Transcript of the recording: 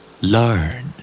Learn